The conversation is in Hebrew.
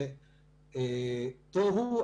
לתוהו.